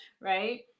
right